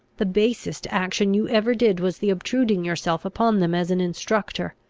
the basest action you ever did was the obtruding yourself upon them as an instructor.